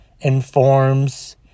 Informs